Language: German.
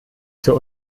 zur